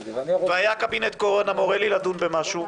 והיה קבינט הקורונה מורה לי לדון במשהו,